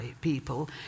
people